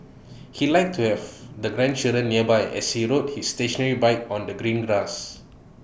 he liked to have the grandchildren nearby as he rode his stationary bike on the green grass